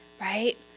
right